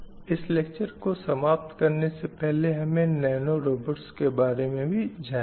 इस लेक्चर को समाप्त करने से पहले हम नैनो रोबाट्स के बारे में भी जानेंगे